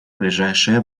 ближайшее